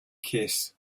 kiss